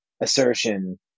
assertion